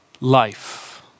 life